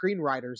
screenwriters